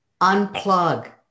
unplug